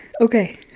Okay